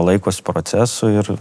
laikosi procesų ir